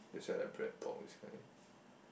that's why I like Bread-Talk that's why